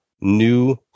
new